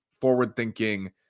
forward-thinking